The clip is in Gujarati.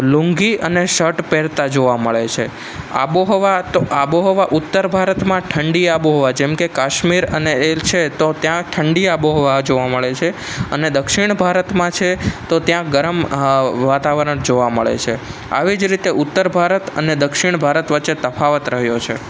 લૂંગી અને શર્ટ પહેરતા જોવા મળે છે આબોહવા તો આબોહવા ઉત્તર ભારતમાં ઠંડી આબોહવા જેમ કે કાશ્મીર અને એ છે તો ત્યાં ઠંડી આબોહવા જોવા મળે છે અને દક્ષિણ ભારતમાં છે તો ત્યાં ગરમ વાતાવરણ જોવા મળે છે આવી જ રીતે ઉત્તર ભારત અને દક્ષિણ ભારત વચ્ચે તફાવત રહ્યો છે